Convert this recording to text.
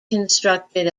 constructed